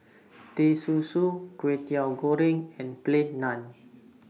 Teh Susu Kwetiau Goreng and Plain Naan